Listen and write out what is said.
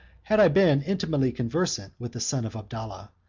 had i been intimately conversant with the son of abdallah,